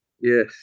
Yes